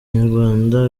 nyarwanda